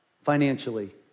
financially